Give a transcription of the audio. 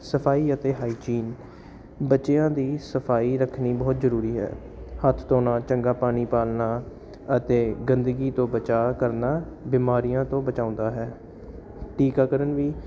ਸਫਾਈ ਅਤੇ ਹਾਈਜੀਨ ਬੱਚਿਆਂ ਦੀ ਸਫਾਈ ਰੱਖਣੀ ਬਹੁਤ ਜ਼ਰੂਰੀ ਹੈ ਹੱਥ ਧੋਣਾ ਚੰਗਾ ਪਾਣੀ ਪਾਲਣਾ ਅਤੇ ਗੰਦਗੀ ਤੋਂ ਬਚਾਅ ਕਰਨਾ ਬਿਮਾਰੀਆਂ ਤੋਂ ਬਚਾਉਂਦਾ ਹੈ ਟੀਕਾਕਰਣ ਵੀ